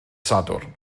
sadwrn